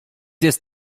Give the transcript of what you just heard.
jest